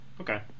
Okay